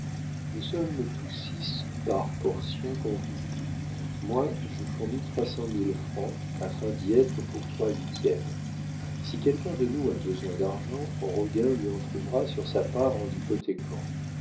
nous sommes tous six par portions convenues moi je fournis trois cent mille francs afin d'y être pour trois huitièmes si quelqu'un de nous a besoin d'argent roguin lui en trouvera sur sa part en